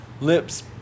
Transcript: lips